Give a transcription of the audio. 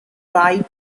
write